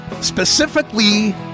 Specifically